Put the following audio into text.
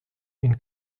ihn